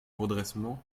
redressement